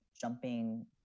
jumping